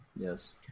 Yes